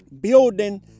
building